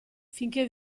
finché